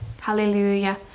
Hallelujah